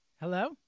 Hello